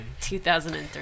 2003